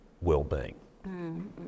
well-being